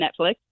Netflix